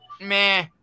Meh